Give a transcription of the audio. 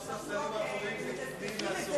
זה לא ספסלים אחוריים, זה קדמיים מהסוף.